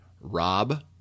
Rob